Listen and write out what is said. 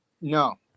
No